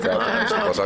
אדוני היושב-ראש,